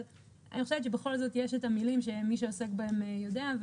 אבל אני חושבת שבכל זאת יש את המילים שמי שעוסק בהם יודע,